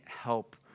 help